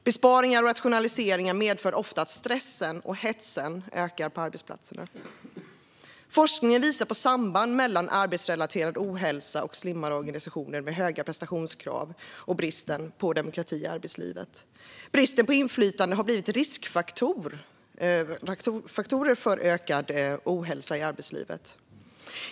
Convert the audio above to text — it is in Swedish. Besparingar och rationaliseringar medför ofta att stressen och hetsen ökar på arbetsplatserna. Forskningen visar på samband mellan arbetsrelaterad ohälsa, slimmade organisationer med höga prestationskrav och bristen på demokrati i arbetslivet. Bristen på inflytande har blivit en riskfaktor för ökad ohälsa i arbetslivet.